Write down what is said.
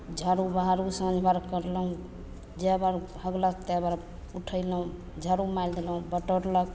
झाड़ू बहारु साँझ भोर करलहुँ जाय बेर हगलक तए बेर उठेलहुँ झाड़ू मारि देलहुँ बटोरलक